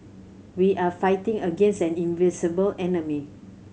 we are fighting against an invisible enemy